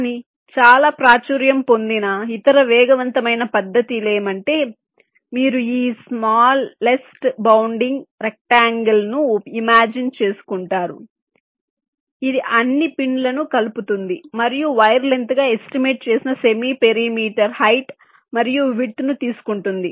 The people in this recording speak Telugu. కానీ చాలా ప్రాచుర్యం పొందిన ఇతర వేగవంతమైన పద్ధతి ఏమిటంటే మీరు ఈ స్మాల్లెస్ట్ బౌండింగ్ రెక్ట్అంగెల్ ను ఇమాజిన్ చేసుకుంటారు ఇది అన్ని పిన్లను కలుపుతుంది మరియు వైర్ లెంగ్త్ గా ఎస్టిమేట్ చేసిన సెమీ పెరిమీటెర్ హైట్ మరియు విడ్త్ ను తీసుకుంటుంది